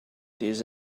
this